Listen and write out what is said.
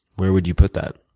where would you put that?